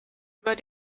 über